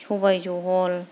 सबाय जहल